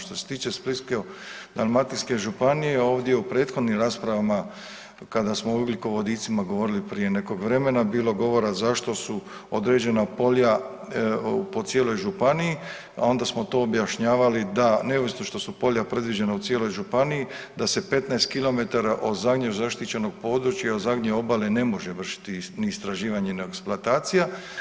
Što se tiče Splitsko-dalmatinske županije, ovdje u prethodnim raspravama kada smo o ugljikovodicima govorili prije nekog vremena bilo govora zašto su određena polja po cijeloj županiji, a onda smo to objašnjavali da neovisno što su polja predviđena u cijeloj županiji da se 15 km od zadnje zaštićenog područja od zadnje obale ne može vršiti ni istraživanje ni eksploatacija.